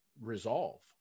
resolve